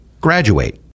graduate